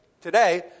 today